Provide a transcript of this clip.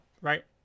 Right